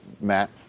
Matt